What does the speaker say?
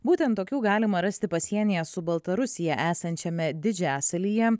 būtent tokių galima rasti pasienyje su baltarusija esančiame didžiasalyje